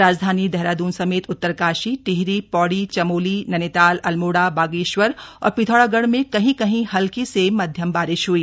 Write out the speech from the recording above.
राजधानी देहराद्रन समेत उत्तरकाशी टिहरी पौड़ी चमोली नैनीताल अल्मोड़ा बागेश्वर और पिथौरागढ़ में कहीं कहीं हल्की से मध्यम बारिश हई